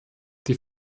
die